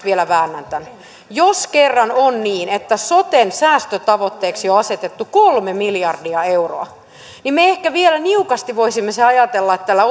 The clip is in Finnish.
vielä väännän tämän että jos kerran on niin että soten säästötavoitteeksi on asetettu kolme miljardia euroa niin me ehkä vielä niukasti voisimme ajatella että tällä